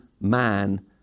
man